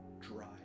dry